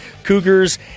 Cougars